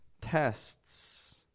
tests